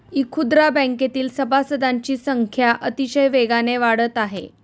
इखुदरा बँकेतील सभासदांची संख्या अतिशय वेगाने वाढत आहे